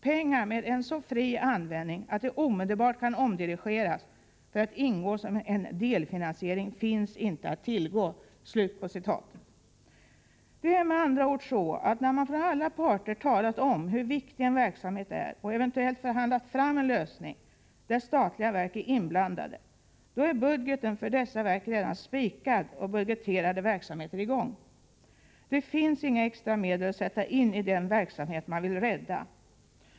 Pengar med en så fri användning att de omedelbart kan omdirigeras för att ingå som en delfinansiering finns inte att tillgå.” Det är med andra ord så att när man från alla parter talat om hur viktig en verksamhet är och eventuellt förhandlat fram en lösning där statliga verk är inblandade, då är budgeten för dessa verk redan spikad och budgeterade verksamheter i gång. Det finns inga extra medel att sätta in i den verksamhet man vill rädda.